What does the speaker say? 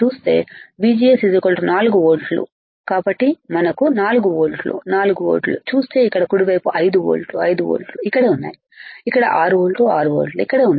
VGS 4 వోల్ట్లను కాబట్టి మనకు 4 వోల్ట్లు 4 వోల్ట్లుచూస్తేఇక్కడ కుడివైపు 5 వోల్ట్లు 5 వోల్ట్లు ఇక్కడే ఉన్నాయి ఇక్కడ 6 వోల్ట్లు 6 వోల్ట్లు ఇక్కడే ఉన్నాయి